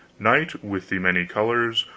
knight with the many colors,